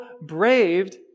braved